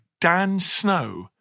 DANSNOW